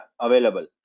available